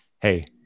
Hey